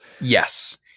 Yes